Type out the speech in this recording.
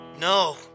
no